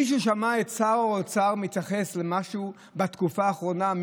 מישהו שמע את שר האוצר מתייחס במשהו בתקופה האחרונה,